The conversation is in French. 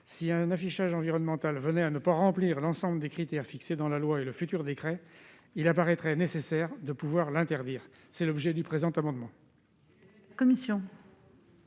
si un affichage environnemental venait à ne pas remplir l'ensemble des critères fixés dans la loi et le futur décret, il paraîtrait nécessaire de pouvoir l'interdire. Tel est l'objet de cet amendement.